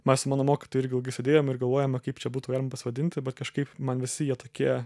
mes su mano mokytoju irgi ilgai sėdėjom ir galvojome kaip čia būtų pasodinti bet kažkaip man visi jie tokie